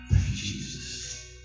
Jesus